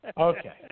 Okay